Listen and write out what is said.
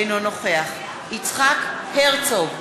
אינו נוכח יצחק הרצוג,